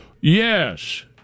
Yes